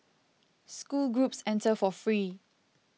school groups enter for free